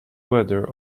weather